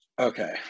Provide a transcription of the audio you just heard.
Okay